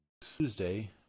Tuesday